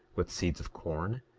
with seeds of corn,